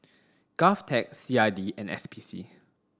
GOVTECH C I D and S P C